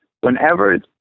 whenever